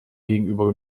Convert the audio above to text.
gegenüber